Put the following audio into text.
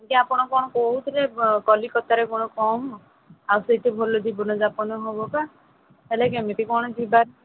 ଯେ ଆପଣ କ'ଣ କହୁଥିଲେ କଲିକତାରେ କ'ଣ କମ ଆଉ ସେଇଠି ଭଲ ଜୀବନ ଯାପନ ହେବ ପା ହେଲେ କେମିତି କ'ଣ ଯିବା